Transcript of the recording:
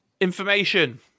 Information